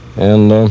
and